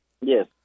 Yes